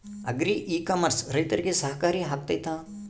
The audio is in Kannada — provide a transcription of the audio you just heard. ಅಗ್ರಿ ಇ ಕಾಮರ್ಸ್ ರೈತರಿಗೆ ಸಹಕಾರಿ ಆಗ್ತೈತಾ?